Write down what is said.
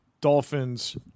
Dolphins